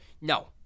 No